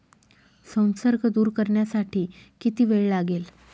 संसर्ग दूर करण्यासाठी किती वेळ लागेल?